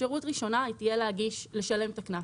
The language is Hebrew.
אפשרות ראשונה תהיה לשלם את הקנס.